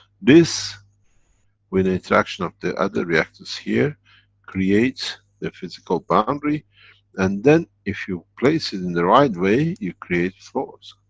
this with the interaction of the other reactors here creates the physical boundary and then if you place it in the right way you create floors.